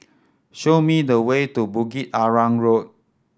show me the way to Bukit Arang Road